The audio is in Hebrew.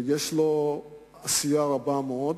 יש בו עשייה רבה מאוד,